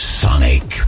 sonic